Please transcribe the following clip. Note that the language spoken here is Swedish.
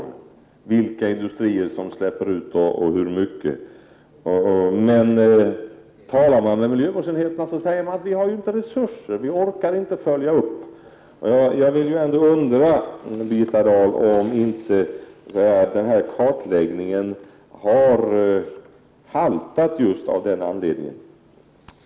Man vet vilka industrier som gör utsläpp och man vet hur mycket. Talar man emellertid med miljövårdsenheterna säger de: Vi har inte resurser så att vi orkar följa upp dessa frågor. Jag undrar, Birgitta Dahl, om inte kartläggningen haltar just av den anledningen.